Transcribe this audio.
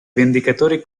vendicatori